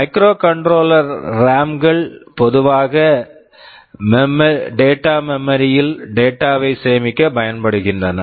microcontroller ரேம்கள் microcontroller RAM -கள் பொதுவாக டேட்டா மெமரி data memory யில் டேட்டா data வை சேமிக்க பயன்படுகின்றன